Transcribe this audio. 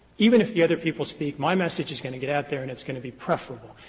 even if the other people speak, my message is going to get out there and it's going to be preferable.